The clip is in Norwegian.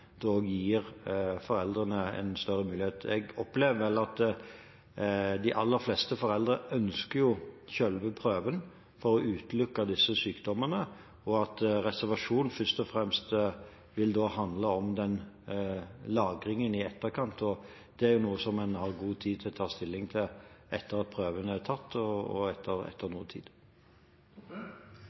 de aller fleste foreldre ønsker selve prøven for å utelukke disse sykdommene, og at reservasjon først og fremst vil handle om lagringen i etterkant. Det er noe som en har god tid til å ta stilling til etter at prøven er tatt, og etter noe tid.